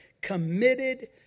committed